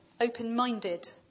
open-minded